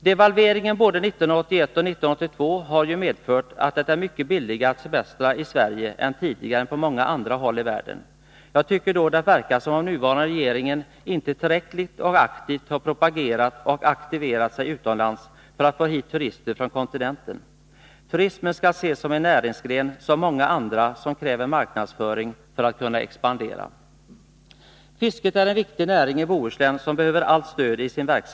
Devalveringarna både 1981 och 1982 har ju medfört att det nu är mycket billigare att semestra i Sverige än på många andra håll i världen. Jag tycker att det verkar som om den nuvarande regeringen inte tillräckligt aktivt har propagerat och aktiverat sig utomlands för att få hit turister från kontinenten. Turismen skall ses som en näringsgren som många andra som kräver marknadsföring för att kunna expandera. Fisket är en viktig näring i Bohuslän och behöver allt stöd.